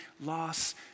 loss